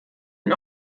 den